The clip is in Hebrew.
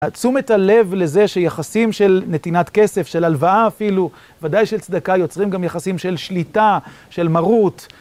תשומת הלב לזה שיחסים של נתינת כסף, של הלוואה אפילו, ודאי של צדקה, יוצרים גם יחסים של שליטה, של מרות.